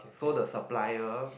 so the supplier